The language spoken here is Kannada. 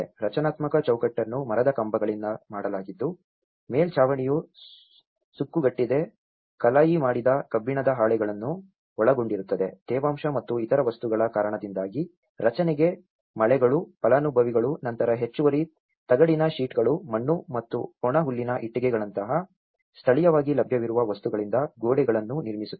ರಚನಾತ್ಮಕ ಚೌಕಟ್ಟನ್ನು ಮರದ ಕಂಬಗಳಿಂದ ಮಾಡಲಾಗಿದ್ದು ಮೇಲ್ಛಾವಣಿಯು ಸುಕ್ಕುಗಟ್ಟಿದ ಕಲಾಯಿ ಮಾಡಿದ ಕಬ್ಬಿಣದ ಹಾಳೆಗಳನ್ನು ಒಳಗೊಂಡಿರುತ್ತದೆ ತೇವಾಂಶ ಮತ್ತು ಇತರ ವಸ್ತುಗಳ ಕಾರಣದಿಂದಾಗಿ ರಚನೆಗೆ ಮಳೆಗಳು ಫಲಾನುಭವಿಗಳು ನಂತರ ಹೆಚ್ಚುವರಿ ತಗಡಿನ ಶೀಟ್ಗಳು ಮಣ್ಣು ಮತ್ತು ಒಣಹುಲ್ಲಿನ ಇಟ್ಟಿಗೆಗಳಂತಹ ಸ್ಥಳೀಯವಾಗಿ ಲಭ್ಯವಿರುವ ವಸ್ತುಗಳಿಂದ ಗೋಡೆಗಳನ್ನು ನಿರ್ಮಿಸುತ್ತಾರೆ